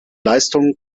leistungen